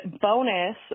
bonus